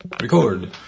Record